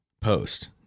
post